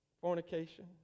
fornication